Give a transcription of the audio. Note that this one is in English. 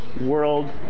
world